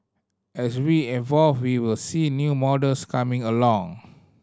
as we involve we will see new models coming along